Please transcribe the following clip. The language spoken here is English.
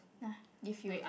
!nah! give you